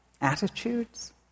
attitudes